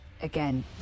again